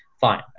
Fine